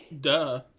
Duh